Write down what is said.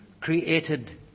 created